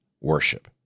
worship